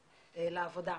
לעבודה.